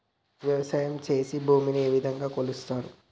వ్యవసాయం చేసి భూమిని ఏ విధంగా కొలుస్తారు?